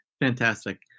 Fantastic